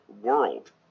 world